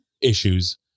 issues